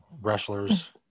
wrestlers